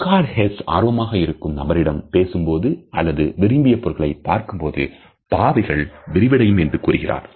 Eckhard Hess ஆர்வமாக இருக்கும் நபரிடம் பேசும்போது போது அல்லது விரும்பிய பொருட்களை பார்க்கும் பொழுது பாவைகள் விரிவடையும் என்று கூறுகிறார்